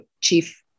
Chief